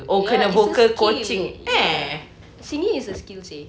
ya it's a skill ya singing is a skill seh